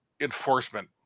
enforcement